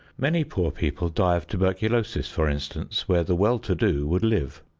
many poor people die of tuberculosis, for instance, where the well-to-do would live.